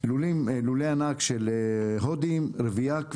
לולי ענק של הודים, רבייה קלה,